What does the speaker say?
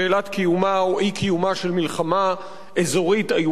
אי-קיומה של מלחמה אזורית איומה מקודמותיה.